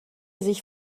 sich